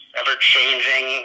ever-changing